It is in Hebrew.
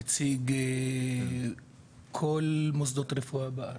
נציג כל מוסדות הרפואה בארץ.